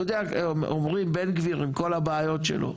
אתה יודע, אומרים בן גביר, עם כל הבעיות שלו,